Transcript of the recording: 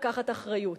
לקחת אחריות.